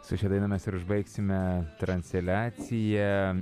su šia daina mes ir užbaigsime transliaciją